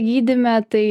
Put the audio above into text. gydyme tai